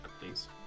please